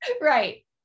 Right